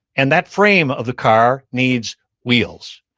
and that frame of the car needs wheels.